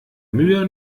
mühe